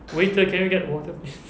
waiter can you get water please